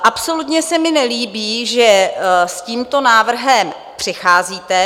Absolutně se mi nelíbí, že s tímto návrhem přicházíte.